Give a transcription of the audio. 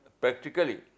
practically